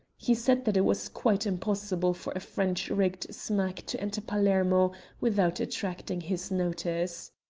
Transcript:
he said that it was quite impossible for a french-rigged smack to enter palermo without attracting his notice.